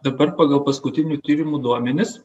dabar pagal paskutinių tyrimų duomenis